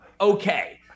okay